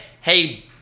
hey